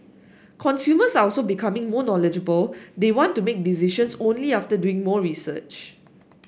consumers are also becoming more knowledgeable they want to make decisions only after doing more research